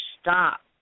stop